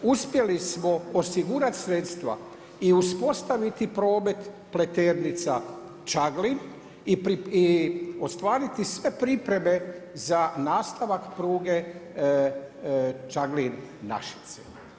Uspjeli smo osigurati sredstva i uspostaviti promet Pleternica-Čaglin i ostvariti sve pripreme za nastavak pruge Čaglin-Našice.